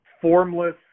formless